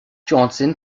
johnston